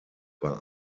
war